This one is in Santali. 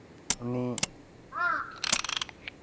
ᱩᱱᱤ